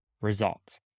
results